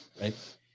right